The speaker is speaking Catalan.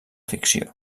ficció